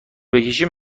بکشی